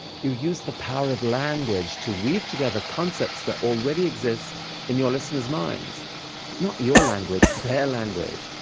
you use the power of language to weave together concepts that already exist in your listeners' minds but not your language, their language.